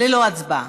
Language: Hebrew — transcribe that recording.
ללא הצבעה.